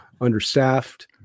understaffed